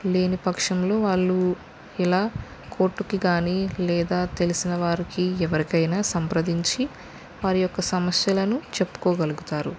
లేని పక్షంలో వాళ్ళు ఇలా కోర్టుకి కానీ లేదా తెలిసిన వారికి ఎవరికైనా సంప్రదించి వారి యొక్క సమస్యలను చెప్పుకోగలుగుతారు